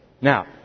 Now